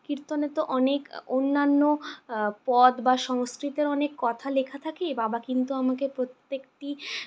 কীর্তনের তো অনেক অন্যান্য পদ বা সংস্কৃতে অনেক কথা লেখা থাকে বাবা কিন্তু আমাকে প্রত্যেকটি